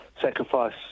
Sacrifice